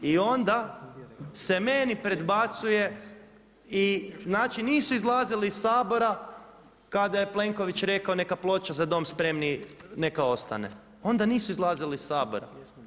I onda se meni prebacuje i znači nisu izlazili iz Sabora kada je Plenković rekao neka ploča „Za dom spremni“ neka ostane, onda nisu izlazili iz Sabora.